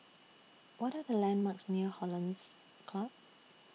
What Are The landmarks near Hollandse Club